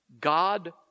God